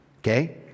Okay